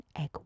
egg